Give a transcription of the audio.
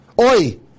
Oi